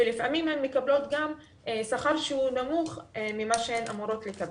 לפעמים הן מקבלות שכר שהוא נמוך ממה שהן אמורות לקבל.